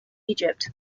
egypt